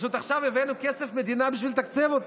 פשוט עכשיו הבאנו כסף מדינה בשביל לתקצב אותה.